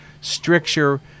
stricture